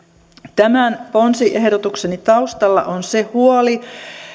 tämän ponsiehdotukseni taustalla on se huoli